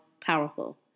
powerful